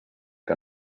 que